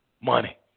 Money